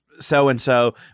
so-and-so